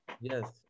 Yes